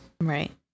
Right